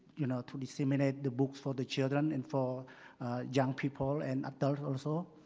you know, to disseminate the books for the children and for young people and adult also.